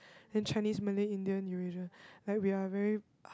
then Chinese Malay Indian Eurasian like we're very har~